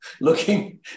looking